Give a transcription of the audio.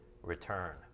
return